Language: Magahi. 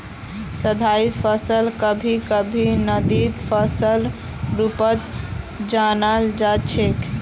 स्थायी फसलक कभी कभी नकदी फसलेर रूपत जानाल जा छेक